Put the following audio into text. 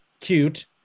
cute